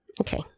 Okay